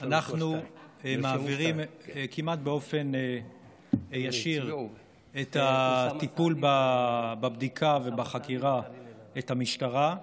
אנחנו מעבירים כמעט באופן ישיר את הטיפול בבדיקה ובחקירה למשטרה,